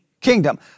kingdom